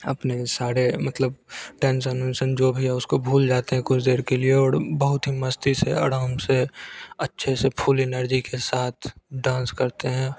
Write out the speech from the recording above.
अपने सारे मतलब टेंशन उन्शन जो भी है भूल जाते हैं कुछ देर के लिए और बहुत ही मस्ती से आराम से अच्छे से फुल एनर्जी के साथ डांस करते हैं